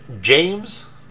James